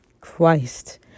Christ